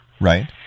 Right